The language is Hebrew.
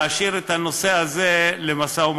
להשאיר את הנושא הזה למשא-ומתן.